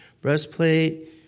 breastplate